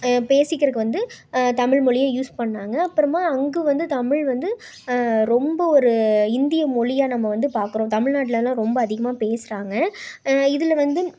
பேசிக்கிறதுக்கு வந்து தமிழ் மொழியை யூஸ் பண்ணாங்க அப்புறமா அங்கே வந்து தமிழ் வந்து ரொம்ப ஒரு இந்திய மொழியாக நம்ம வந்து பாக்கிறோம் தமிழ்நாட்டிலலாம் ரொம்ப அதிகமாக பேசுறாங்க இதில் வந்து